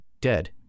dead